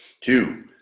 two